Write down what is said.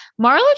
Marlo